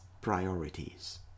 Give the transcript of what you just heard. priorities